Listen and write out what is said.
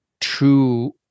true